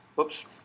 Oops